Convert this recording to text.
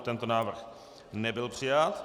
Tento návrh nebyl přijat.